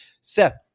seth